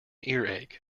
earache